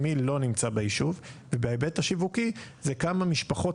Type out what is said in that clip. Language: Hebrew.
ישוב מאוד מורכב